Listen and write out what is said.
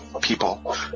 people